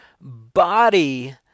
body